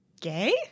gay